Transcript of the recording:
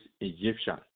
Egyptian